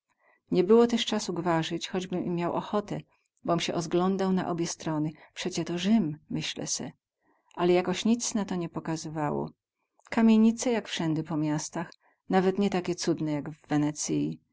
nie było tyz casu gwarzyć choćbych i miał był ochotę bom sie ozglądał na obie strony przecie to rzym myślę se ale jakoś nic na to nie pokazowało kamienice jak wsędy po miastach nawet nie takie cudne jak we